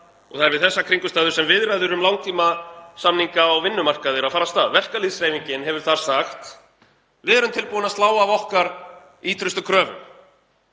og það er við þessar kringumstæður sem viðræður um langtímasamninga á vinnumarkaði eru að fara af stað. Verkalýðshreyfingin hefur sagt: Við erum tilbúin að slá af okkar ýtrustu kröfum.